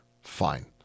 Fine